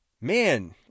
man